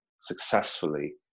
successfully